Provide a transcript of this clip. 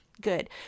Good